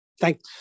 Thanks